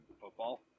football